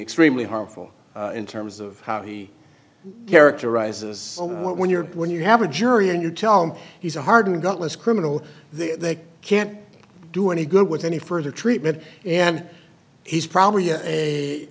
extremely harmful in terms of how he characterizes what when you're when you have a jury and you tell him he's a hardened gutless criminal they can't do any good with any further treatment and he's probably